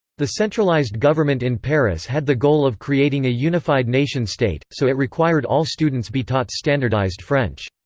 the centralized government in paris had the goal of creating a unified nation-state, so it required all students be taught standardized french.